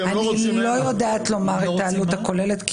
אני לא יודעת לומר מה הייתה העלות הכוללת.